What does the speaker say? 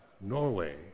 Norway